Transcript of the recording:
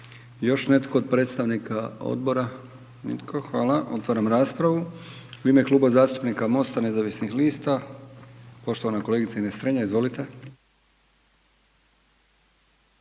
Još netko od predstavnika Odbora? Nitko, hvala. Otvaram raspravu. U ime Kluba zastupnika MOST-a nezavisnih lista poštovana kolegica Ines Strenja, izvolite.